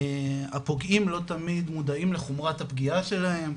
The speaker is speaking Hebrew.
הפוגעים לא תמיד מודעים לחומרת הפגיעה שלהם,